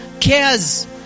cares